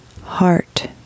heart